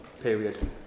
period